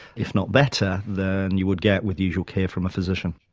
if not better, than you would get with usual care from a physician.